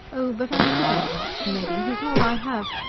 oh, but i couldn't part from eddy. he is all i have.